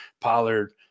Pollard